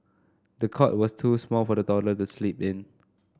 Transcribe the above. the cot was too small for the toddler to sleep in